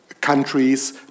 countries